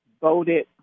voted